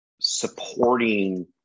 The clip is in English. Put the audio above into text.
supporting